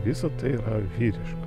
visa tai yra vyriška